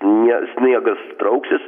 ne sniegas trauksis